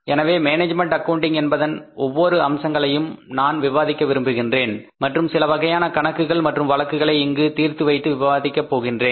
எனவே management accounting என்பதன் ஒவ்வொரு அம்சங்களையும் நான் விவாதிக்க விரும்புகின்றேன் மற்றும் சிலவகையான கணக்குகள் மற்றும் வழக்குகளை இங்கு தீர்த்து வைத்து விவாதிக்க போகின்றேன்